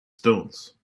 stones